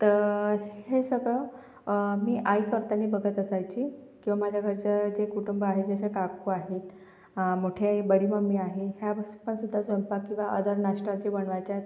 तर हे सगळं मी आई करताना बघत असायची किंवा माझ्या घरचं जे कुटुंब आहे जशा काकू आहेत मोठी आई बडी मम्मी आहे ह्याच ह्या सुद्धा स्वयंपाक किंवा अदर नाश्ता जे बनवायच्यात